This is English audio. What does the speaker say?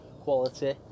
quality